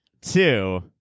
two